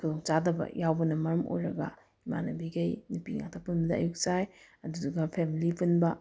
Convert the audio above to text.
ꯈꯨꯗꯣꯡ ꯆꯥꯗꯕ ꯌꯥꯎꯕꯅ ꯃꯔꯝ ꯑꯣꯏꯔꯒ ꯏꯃꯥꯟꯅꯕꯤꯈꯩ ꯅꯨꯄꯤ ꯉꯥꯛꯇ ꯄꯨꯟꯕꯗ ꯑꯌꯨꯛ ꯆꯥꯏ ꯑꯗꯨꯗꯨꯒ ꯐꯦꯃꯤꯂꯤ ꯄꯨꯟꯕ